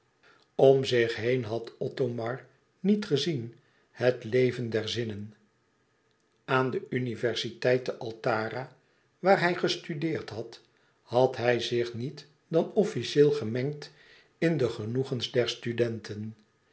om zich heen had othomar niet gezien het leven der zinnen aan de universiteit te altara waar hij gestudeerd had had hij zich niet dan officieel gemengd in de genoegens der studenten